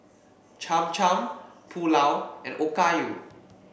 Cham Cham Pulao and Okayu